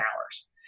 hours